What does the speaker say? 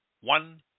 one